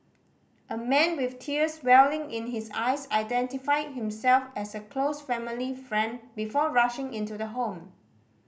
a man with tears welling in his eyes identified himself as a close family friend before rushing into the home